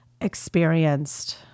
experienced